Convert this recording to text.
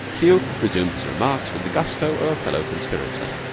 teal resumed his remarks with the gusto of a fellow-conspirator.